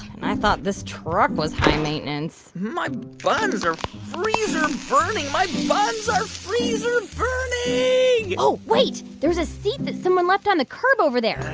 and i thought this truck was high maintenance my buns are freezer burning. my buns are freezer burning yeah oh, wait. there's a seat that someone left on the curb over there.